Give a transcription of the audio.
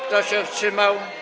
Kto się wstrzymał?